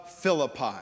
Philippi